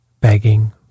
begging